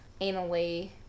anally